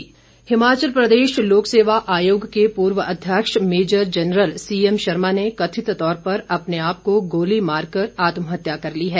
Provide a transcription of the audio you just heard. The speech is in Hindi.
गोलीकांड हिमाचल प्रदेश लोक सेवा आयोग के पूर्व अध्यक्ष major general C M Sharma ने कथित तौर पर अपने आप को गोली मारकर आत्महत्या कर ली है